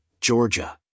Georgia